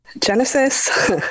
Genesis